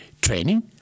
training